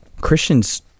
Christian's